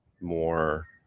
more